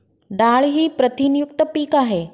डाळ ही प्रथिनयुक्त पीक आहे